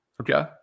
Okay